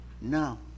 No